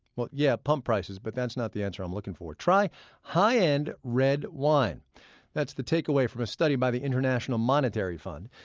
but yeah pump prices, but that's not the answer i'm looking for. try high-end red wine that's the takeaway from a study by the international monetary fund.